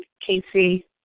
Casey